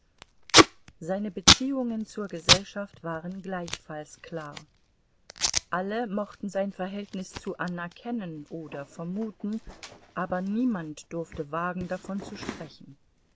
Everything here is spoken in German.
seine beziehungen zur gesellschaft waren gleichfalls klar alle mochten sein verhältnis zu anna kennen oder vermuten aber niemand durfte wagen davon zu sprechen